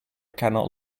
cannot